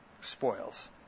Spoils